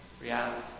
reality